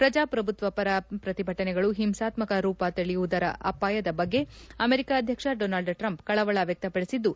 ಪ್ರಜಾಪ್ರಭುತ್ವ ಪರ ಪ್ರತಿಭಟನೆಗಳು ಹಿಂಸಾತ್ತಕ ರೂಪ ತಳೆಯುವುದರ ಅಪಾಯದ ಬಗ್ಗೆ ಅಮೆರಿಕ ಅಧ್ಯಕ್ಷ ಡೊನಾಲ್ಡ್ ಟ್ರಂಪ್ ಕಳವಳ ವಕ್ಷಪಡಿಸಿದ್ದು